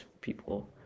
people